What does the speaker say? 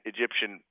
Egyptian